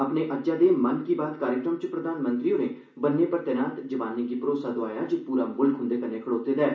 अपने अज्जै दे मन की बात कार्यक्रम च प्रधानमंत्री होरें बन्ने पर तैनात जवानें गी भरोसा दोआया जे पूरा मुल्ख उंदे कन्नै खड़ोते दा ऐ